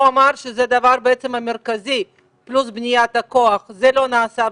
הוא אמר שבעצם הזה הדבר המרכזי פלוס בניית הכוח זה לא נעשה,